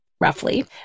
roughly